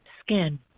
skin